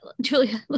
Julia